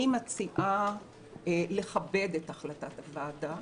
אני מציעה לכבד את החלטת הוועדה,